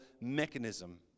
mechanism